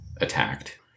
attacked